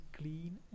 clean